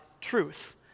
truth